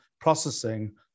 processing